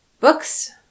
Books